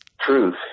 truth